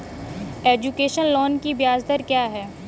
Education loan की ब्याज दर क्या है?